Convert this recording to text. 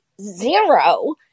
zero